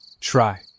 Try